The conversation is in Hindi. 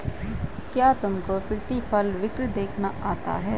क्या तुमको प्रतिफल वक्र देखना आता है?